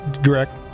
Direct